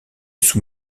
sous